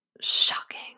Shocking